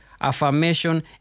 affirmation